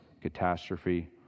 catastrophe